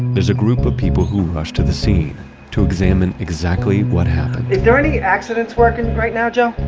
there's a group of people who rush to the scene to examine exactly what happened is there any accidents working right now, joe?